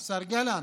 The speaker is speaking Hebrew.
השר גלנט?